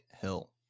Hill